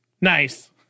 Nice